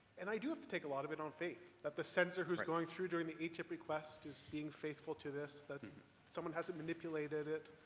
and i do have to take a lot of it on faith, that the censor who's going through doing the atip request is being faithful to this, that and someone hasn't manipulated it,